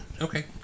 Okay